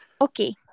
Okay